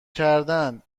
کردن